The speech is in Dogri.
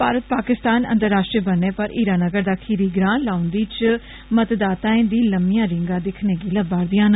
भारत पाकिस्तान अंतराश्ट्रीय बन्ने पर हीरानगर दा खीरी ग्रा लोनदी च मतदाताएं दी लम्मियां रींगा दिक्खने गी लबा करदियां न